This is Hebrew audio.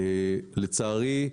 לצערי,